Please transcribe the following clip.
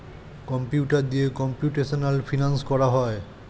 computer দিয়ে computational finance করা হয়